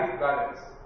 balance